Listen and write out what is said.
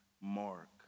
mark